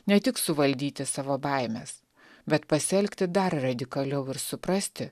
ne tik suvaldyti savo baimes bet pasielgti dar radikaliau ir suprasti